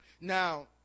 now